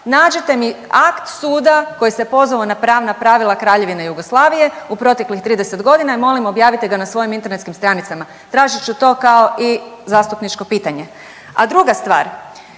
Nađite mi akt suda koji se pozvao na pravna pravila Kraljevine Jugoslavije i proteklih 30 godina i molim, objavite ga na svojim internetskim stranicama. Tražit ću to kao i zastupničko pitanje. A druga stvar.